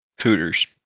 Pooters